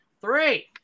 Three